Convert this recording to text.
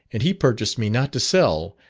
and he purchased me not to sell,